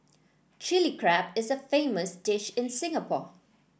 Chilli Crab is a famous dish in Singapore